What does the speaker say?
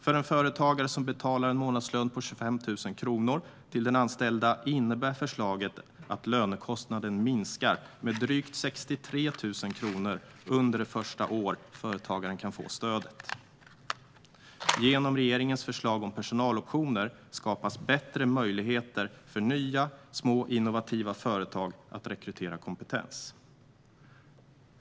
För en företagare som betalar en månadslön på 25 000 kronor till den anställda innebär förslaget att lönekostnaden minskar med drygt 63 000 kronor under det första år företagaren kan få stödet. Genom regeringens förslag om personaloptioner skapas bättre möjligheter för nya små innovativa företag att rekrytera kompetens.